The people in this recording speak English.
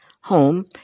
home